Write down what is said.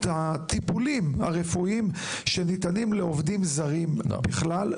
הטיפולים הרפואיים שניתנים לעובדים זרים בכלל?